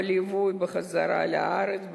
בליווי והחזרה לארץ.